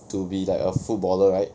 to be like a footballer right